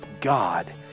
God